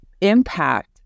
impact